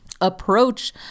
approach